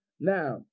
Now